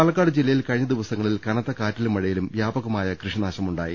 പാലക്കാട് ജില്ലയിൽ കഴിഞ്ഞ ദിവസങ്ങളിൽ കനത്ത കാറ്റിലും മഴയിലും വ്യാപകമായ കൃഷിനാശം ഉണ്ടായി